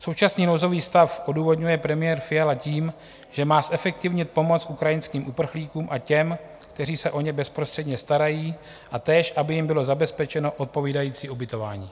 Současný nouzový stav odůvodňuje premiér Fiala tím, že má zefektivnit pomoc ukrajinským uprchlíkům a těm, kteří se o ně bezprostředně starají, a též aby jim bylo zabezpečeno odpovídající ubytování.